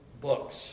books